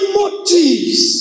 motives